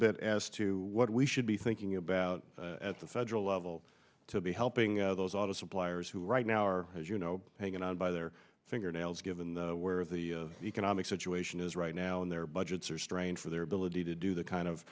bit as to what we should be thinking about at the federal level to be helping those auto suppliers who right now are as you know hanging on by their fingernails given where the economic situation is right now and their budgets are strong and for their ability to do the kind of